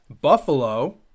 Buffalo